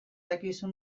dakizu